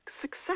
success